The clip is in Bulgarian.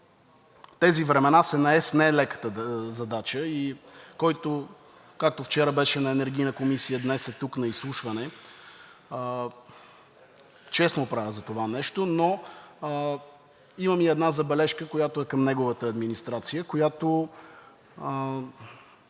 тези времена се нае с нелеката задача и който, както вчера беше в Енергийната комисия, днес е тук на изслушване, чест му прави за това нещо. Но имам и една забележка, която е към неговата администрация, която